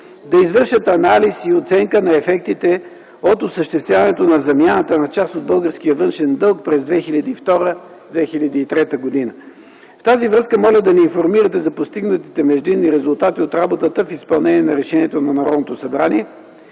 да извършат анализ и оценка на ефектите от осъществяването на замяната на част от българския външен дълг през 2002-2003 г. В тази връзка моля да ни информирате за постигнатите междинни резултати от работата в изпълнение на решението на Народното събрание.